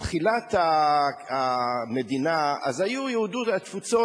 בתחילת ימי המדינה היו יהודי התפוצות